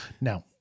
now